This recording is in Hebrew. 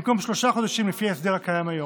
במקום שלושה חודשים לפי ההסדר הקיים היום.